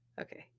okay